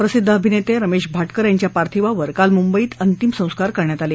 प्रसिद्ध अभिनेते स्मेश भाटकर यांच्या पार्थिवावर काल मुंबईत अंतिम संस्कार करण्यात आले